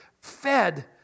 fed